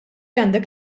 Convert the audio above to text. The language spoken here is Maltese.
għandek